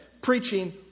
preaching